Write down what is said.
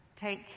take